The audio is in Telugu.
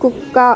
కుక్క